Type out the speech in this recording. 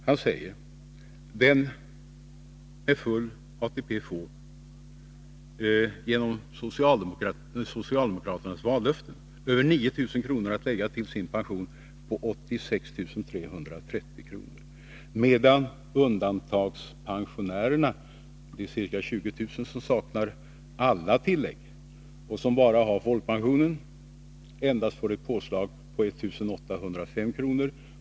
Han säger: Den med full ATP får genom socialdemokraternas vallöften över 9 000 kr. att lägga till sin pension på 86 330 kr., medan undantagspensionärerna, de ca 20 000 som saknar alla tillägg och som bara har folkpensionen, endast får ett påslag på 1805 kr.